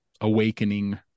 awakening